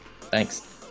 Thanks